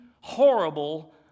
horrible